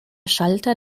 schalter